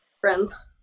friends